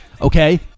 okay